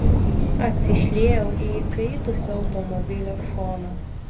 atsišliejau į įkaitusio automobilio šoną